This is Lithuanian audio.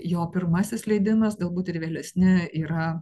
jo pirmasis leidimas galbūt ir vėlesni yra